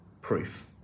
proof